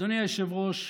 אדוני היושב-ראש,